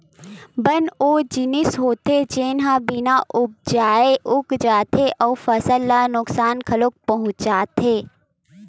बन ओ जिनिस होथे जेन ह बिन उपजाए उग जाथे अउ फसल ल नुकसान घलोक पहुचाथे